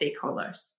stakeholders